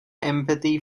empathy